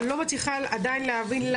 אבל אני לא מצליחה עדיין להבין,